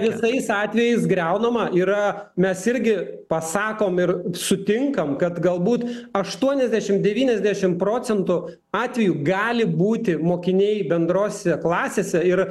visais atvejais griaunama yra mes irgi pasakom ir sutinkam kad galbūt aštuoniasdešimt devyniasdešimt procentų atvejų gali būti mokiniai bendrose klasėse ir